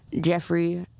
Jeffrey